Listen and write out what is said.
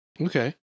okay